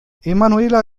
emanuela